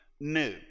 new